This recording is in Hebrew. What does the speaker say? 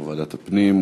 יושבת-ראש ועדת הפנים,